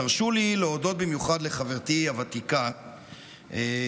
תרשו לי להודות במיוחד לחברתי הוותיקה עאידה,